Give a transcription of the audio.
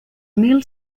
mil